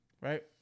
Right